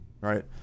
right